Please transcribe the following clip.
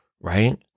right